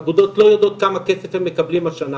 אגודות לא יודעות כמה כסף הן מקבלות השנה.